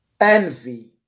envy